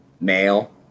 Male